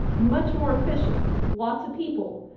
much more efficient, lots of people.